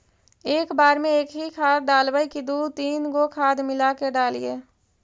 एक बार मे एकही खाद डालबय की दू तीन गो खाद मिला के डालीय?